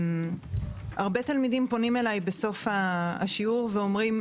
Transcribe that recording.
הרבה תלמידים פונים אליי בסוף השיעור ואומרים,